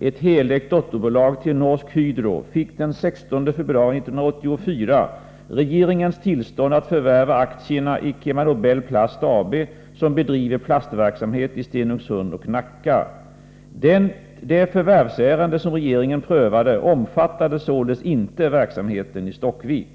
ett helägt dotterbolag till Norsk Hydro, fick den 16 februari 1984 regeringens tillstånd att förvärva aktierna i KemaNobel Plast AB som bedriver plastverksamhet i Stenungsund och Nacka. Det förvärvsärende som regeringen prövade omfattade således inte verksamheten i Stockvik.